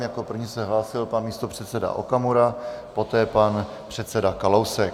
Jako první se hlásil pan místopředseda Okamura, poté pan předseda Kalousek.